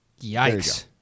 Yikes